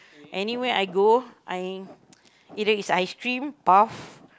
anywhere I go I either is ice cream puff